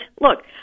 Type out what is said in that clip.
look